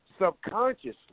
subconsciously